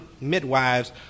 midwives